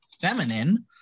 feminine